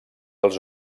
els